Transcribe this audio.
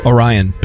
Orion